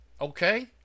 Okay